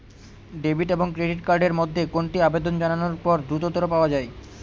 Debit এবং credit card এর মধ্যে কোনটি আবেদন জানানোর পর দ্রুততর পাওয়া য়ায়?